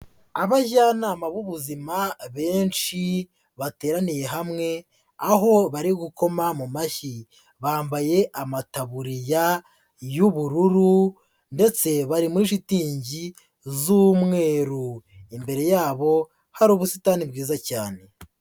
Abajyanama b'ubuzima benshi, bateraniye hamwe, aho bari gukoma mu mashyi. Bambaye amataburiya y'ubururu ndetse bari muri shitingi z'umweru. Imbere yabo, hari ubusitani bwiza cyane.